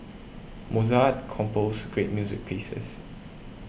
Mozart composed great music pieces